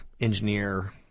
engineer